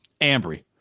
Ambry